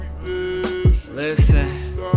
Listen